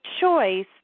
choice